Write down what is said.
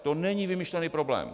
To není vymyšlený problém.